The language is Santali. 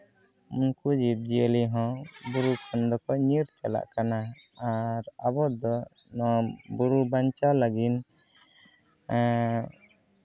ᱩᱱᱠᱩ ᱡᱤᱵᱽᱼᱡᱤᱭᱟᱹᱞᱤ ᱦᱚᱸ ᱵᱩᱨᱩ ᱠᱷᱚᱱ ᱫᱚᱠᱚ ᱧᱤᱨ ᱪᱟᱞᱟᱜ ᱠᱟᱱᱟ ᱟᱨ ᱟᱵᱚ ᱫᱚ ᱱᱚᱣᱟ ᱵᱩᱨᱩ ᱵᱟᱧᱪᱟᱣ ᱞᱟᱹᱜᱤᱫ